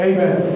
Amen